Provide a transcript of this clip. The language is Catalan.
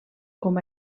com